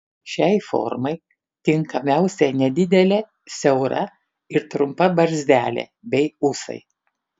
šiai formai tinkamiausia nedidelė siaura ir trumpa barzdelė bei ūsai